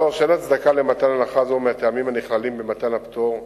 3. אין הצדקה למתן הנחה זו מהטעמים הנכללים במתן הפטור,